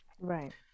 Right